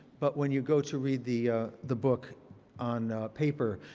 but when you go to read the the book on paper,